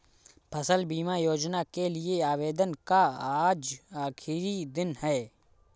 फसल बीमा योजना के लिए आवेदन का आज आखरी दिन है